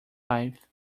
life